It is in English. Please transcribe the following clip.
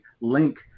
link